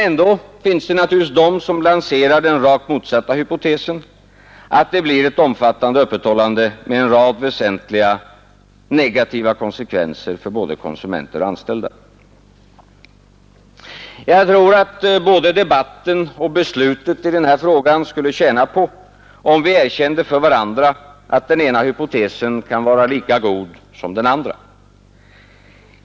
Ändå finns det naturligtvis de som lanserar den rakt motsatta hypotesen, att det blir ett omfattande öppethållande med en rad väsentliga och negativa konsekvenser för konsumenter och anställda. Jag tror att både debatten och beslutet i den här frågan skulle tjäna på att vi erkände för varandra att den ena hypotesen kan vara lika god som den andra.